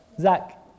Zach